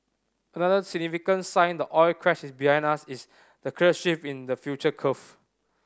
another significant sign the oil crash is behind us is the clear shift in the futures curve